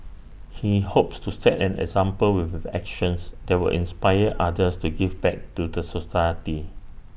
he hopes to set an example with his actions that will inspire others to give back to the society